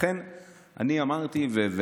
לכן אני אמרתי גם